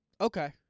Okay